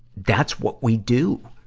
that's what we do,